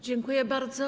Dziękuję bardzo.